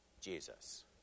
Jesus